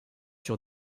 sur